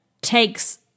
takes